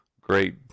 great